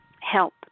help